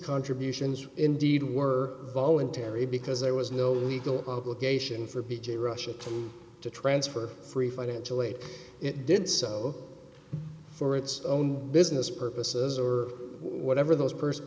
contributions indeed were voluntary because there was no legal obligation for p j russia to transfer free financial aid it did so for its own business purposes or whatever those person